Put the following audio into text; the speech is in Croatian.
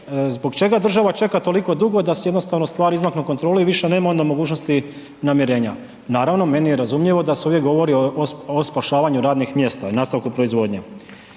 zbog čega država čeka toliko dugo da se jednostavno stvari izmaknu kontroli i više nema onda mogućnosti namirenja? Naravno, meni je razumljivo da se ovdje govori o, o spašavanju radnih mjesta i nastavku proizvodnje.